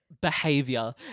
behavior